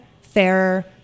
fairer